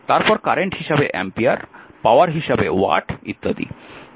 তারপর কারেন্ট হিসাবে ampere power হিসাবে ওয়াট ইত্যাদি